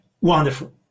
Wonderful